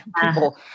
People